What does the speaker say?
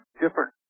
different